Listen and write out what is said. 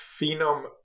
phenom